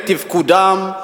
את תפקודם,